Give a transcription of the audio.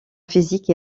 physique